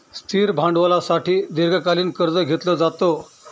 स्थिर भांडवलासाठी दीर्घकालीन कर्ज घेतलं जातं